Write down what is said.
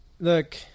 look